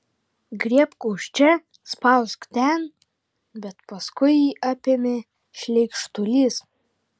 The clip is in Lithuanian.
griebk už čia spausk ten bet paskui jį apėmė šleikštulys